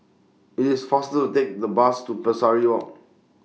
IT IS faster to Take The Bus to Pesari Walk